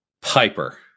Piper